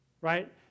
right